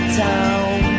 town